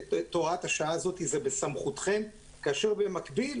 -- את הוראת השעה הזאת, זה בסמכותכם, כאשר במקביל